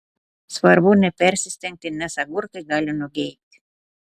svarbu nepersistengti nes agurkai gali nugeibti